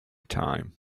time